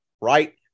Right